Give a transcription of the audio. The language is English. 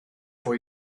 for